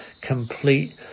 complete